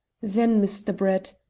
then, mr. brett,